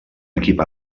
equip